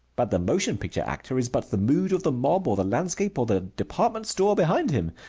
but the motion picture actor is but the mood of the mob or the landscape or the department store behind him,